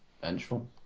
vengeful